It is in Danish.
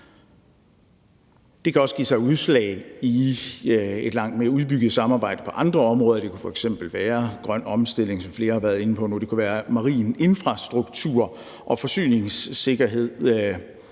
Det kan også give sig udslag i et langt mere udbygget samarbejde på andre områder: Det kunne f.eks. være grøn omstilling, som flere har været inde på, det kunne være marin infrastruktur og forsyningssikkerhed